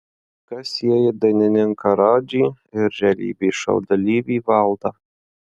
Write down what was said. kas sieja dainininką radžį ir realybės šou dalyvį valdą